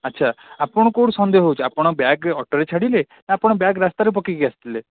ଆଚ୍ଛା ଆପଣ କେଉଁଠି ସନ୍ଦେହ ହେଉଛି ଆପଣ ବ୍ୟାଗ୍ ଅଟୋରେ ଛାଡ଼ିଲେ ନା ଆପଣ ବ୍ୟାଗ୍ ରାସ୍ତାରେ ପକେଇକି ଆସିଥିଲେ